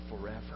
forever